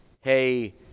hey